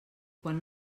quan